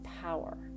power